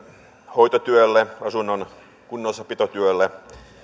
hoitotyölle asunnon kunnossapitotyölle